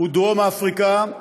ודרום אפריקה,